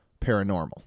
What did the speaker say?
paranormal